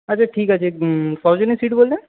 আচ্ছা ঠিক আছে ক জনের সীট বললেন